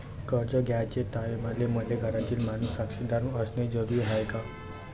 कर्ज घ्याचे टायमाले मले घरातील माणूस साक्षीदार असणे जरुरी हाय का?